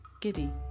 Giddy